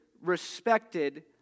respected